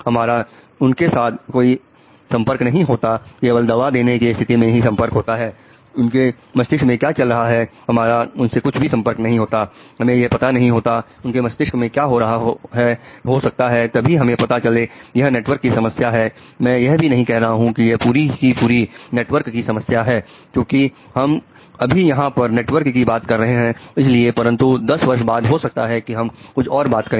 हमारा उनके साथ कोई संपर्क नहीं होता केवल दवा देने की स्थिति में ही संपर्क होता है उनके मस्तिष्क में क्या चल रहा है हमारा उससे कुछ भी संपर्क नहीं होता है हमें यह पता नहीं होता उनके मस्तिष्क में क्या हो रहा है हो सकता है तभी हमें यह पता चले यह नेटवर्क की समस्या है मैं यह भी नहीं कह रहा हूं कि यह पूरी की पूरी नेटवर्क की समस्या है चूंकि हम अभी यहां पर नेटवर्क की बात कर रहे हैं इसलिए परंतु 10 वर्ष बाद हो सकता है कि हम कुछ और बात करें